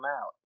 out